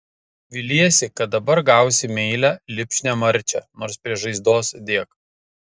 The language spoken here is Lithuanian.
viliesi kad dabar gausi meilią lipšnią marčią nors prie žaizdos dėk